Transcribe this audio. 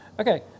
Okay